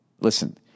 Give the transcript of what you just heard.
listen